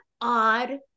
odd